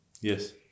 Yes